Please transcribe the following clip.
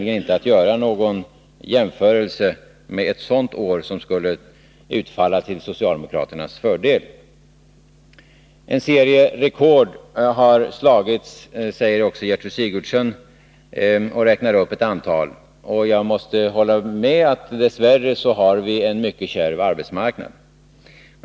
En jämförelse med ett sådant år skulle nämligen inte utfalla till socialdemokraternas fördel. Gertrud Sigurdsen sade att det slagits en serie rekord och räknade upp ett antal. Jag måste hålla med om att vi dess värre har en mycket kärv arbetsmarknad.